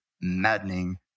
maddening